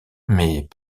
mais